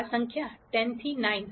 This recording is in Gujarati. આ સંખ્યા 10 થી 9